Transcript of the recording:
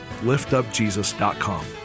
liftupjesus.com